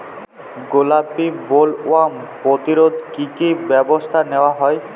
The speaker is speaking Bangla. গোলাপী বোলওয়ার্ম প্রতিরোধে কী কী ব্যবস্থা নেওয়া হয়?